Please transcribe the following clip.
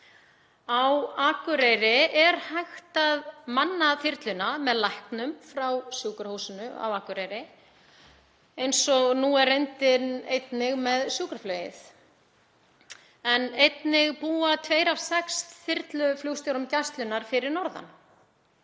Á Akureyri er hægt að manna þyrluna með læknum frá Sjúkrahúsinu á Akureyri eins og nú er reyndin með sjúkraflugið en einnig búa tveir af sex þyrluflugstjórum Gæslunnar fyrir norðan.